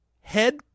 head